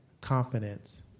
confidence